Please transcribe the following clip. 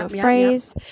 phrase